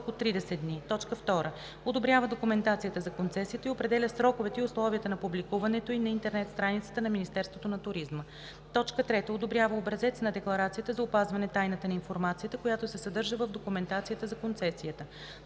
дни; 2. одобрява документацията за концесията и определя сроковете и условията на публикуването ѝ на интернет страницата на Министерството на туризма; 3. одобрява образец на декларацията за опазване тайната на информацията, която се съдържа в документацията за концесията;